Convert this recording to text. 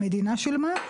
המדינה שילמה,